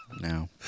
No